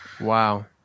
wow